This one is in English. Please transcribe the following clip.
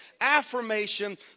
affirmation